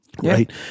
Right